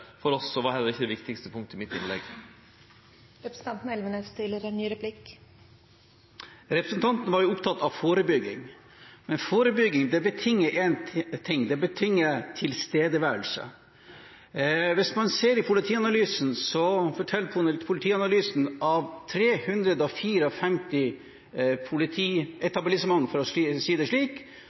for oss, og det var heller ikkje det viktigaste punktet i mitt innlegg. Representanten var opptatt av forebygging, men forebygging betinger en ting. Det betinger tilstedeværelse. Hvis man ser i Politianalysen, står det at av 354 politietablissement, for å si det slik,